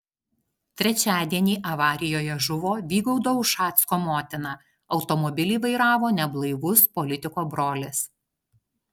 trečiadienį avarijoje žuvo vygaudo ušacko motina automobilį vairavo neblaivus politiko brolis